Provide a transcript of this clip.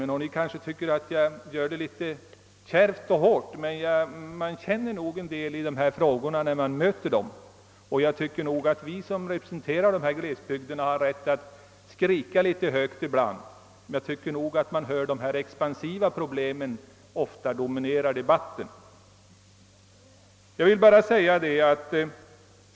Ni kanske tycker att jag trycker för hårt på dessa problem, men den som ständigt kommer i kontakt med frågor av detta slag kan inte undgå att ta starkt intryck. Vi som representerar glesbygderna bör ha rätt att skrika högt ibland.